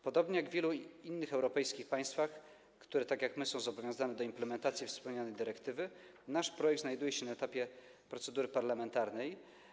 Podobnie jak w wielu innych europejskich państwach, które tak jak my są zobowiązane do implementacji wspomnianej dyrektywy, nasz projekt znajduje się na etapie procedury parlamentarnej.